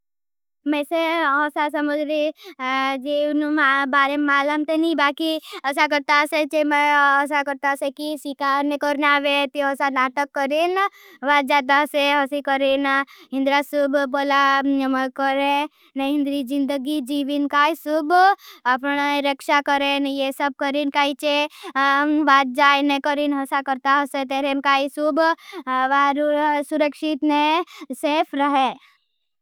मेचै होसा सहमतरी जिवनू बारे मालांतनी बहाकि उसा करता है। जिसें छें वाहो समगी जाइनाक जाइसें होसा नातक करें। होसि करें। हिंदरा सूज, भोलानेाशी करें। हजिव नआपस आपन रक्षा करेट् येसंप करें। काई चे बात जाय ने करें होसा करता होसे। तेरें काई सुब वारु सुरक्षित ने सेफ रहे।